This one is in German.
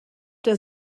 der